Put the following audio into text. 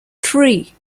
three